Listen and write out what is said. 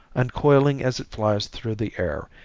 uncoiling as it flies through the air,